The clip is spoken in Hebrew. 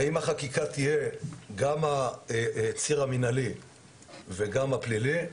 האם החקיקה תהיה, גם הציר המינהלי וגם הפלילי,